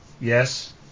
Yes